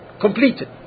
completed